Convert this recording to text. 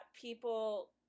people